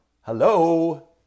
Hello